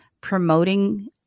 promoting